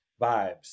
vibes